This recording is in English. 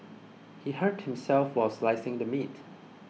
he hurt himself while slicing the meat